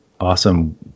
awesome